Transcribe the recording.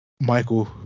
Michael